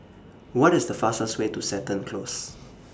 What IS The fastest Way to Seton Close